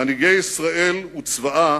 מנהיגי ישראל וצבאה